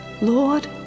Lord